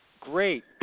Great